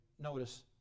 notice